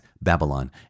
Babylon